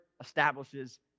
establishes